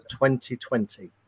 2020